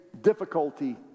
difficulty